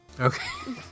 Okay